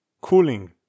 cooling